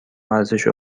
ارزش